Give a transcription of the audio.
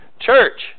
church